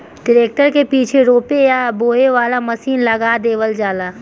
tractor के पीछे रोपे या बोवे वाला मशीन लगा देवल जाला